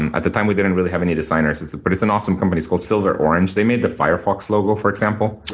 and at the time we didn't really have any designers, but it's and awesome company. it's called silver orange. they made the firefox logo, for example. oh,